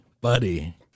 buddy